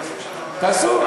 תעשו.